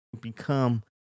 become